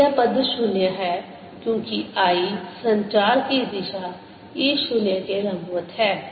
तो यह पद 0 है क्योंकि i संचार की दिशा E 0 के लंबवत है